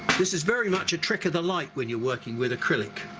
this is very much a trick of the light when you're working with acrylic.